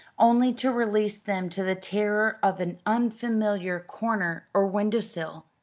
only to release them to the terror of an unfamiliar corner or window-sill.